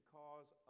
cause